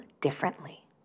differently